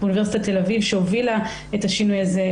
באוניברסיטת תל-אביב שהובילה את השינוי הזה,